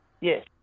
Yes